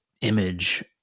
image